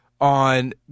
on